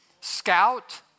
Scout